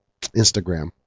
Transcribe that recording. Instagram